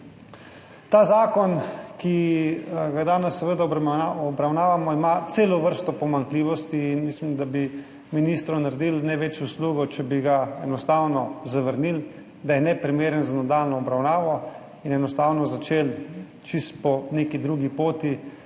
Ta zakon, ki ga danes obravnavamo, ima celo vrsto pomanjkljivosti in mislim, da bi ministru naredili največjo uslugo, če bi ga enostavno zavrnili, da je neprimeren za nadaljnjo obravnavo, in enostavno začeli čisto po neki drugi poti,